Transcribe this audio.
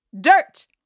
Dirt